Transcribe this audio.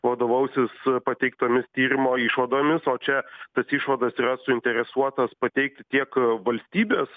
vadovausis pateiktomis tyrimo išvadomis o čia tas išvadas yra suinteresuotos pateikti tiek valstybės